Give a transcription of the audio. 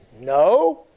no